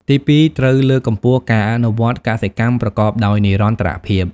ទីពីរ ត្រូវលើកកម្ពស់ការអនុវត្តកសិកម្មប្រកបដោយនិរន្តរភាព។